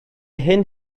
hyn